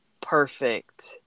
perfect